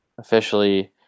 officially